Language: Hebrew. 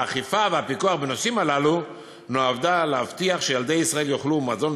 האכיפה והפיקוח בנושאים הללו נועדה להבטיח שילדי ישראל יאכלו מזון